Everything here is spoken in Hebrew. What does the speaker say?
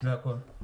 זה הכול.